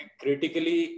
critically